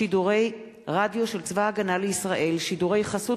שידורי רדיו של צבא-הגנה לישראל (שידורי חסות